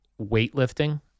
weightlifting